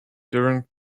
during